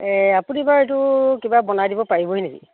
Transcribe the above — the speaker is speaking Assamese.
এই আপুনি বাৰু এইটো কিবা বনাই দিব পাৰিবহি নেকি